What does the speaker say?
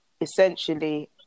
essentially